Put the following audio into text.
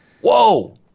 Whoa